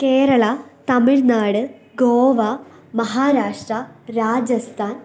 Kerala Tamil Nadu Goa Maharashtra Rajasthan